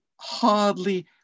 hardly